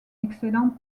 excellent